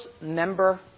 member